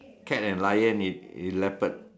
cat and lion it it leopard